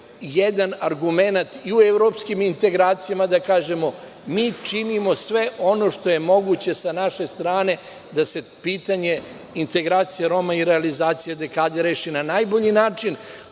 jedan argumenat i u evropskim integracijama da kažemo, mi činimo sve ono što je moguće sa naše strane, da se pitanje integracija Roma i realizacija dekade reši na najbolji način,